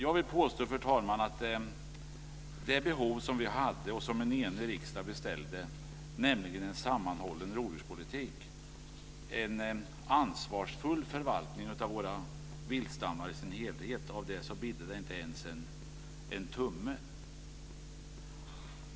Jag vill påstå att av det som vi hade behov av och som en enig riksdag beställde, nämligen en sammanhållen rovdjurspolitik, en ansvarsfull förvaltning av våra viltstammar, bidde det inte ens en tumme.